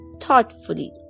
thoughtfully